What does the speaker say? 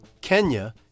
Kenya